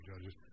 judges